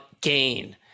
gain